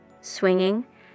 swinging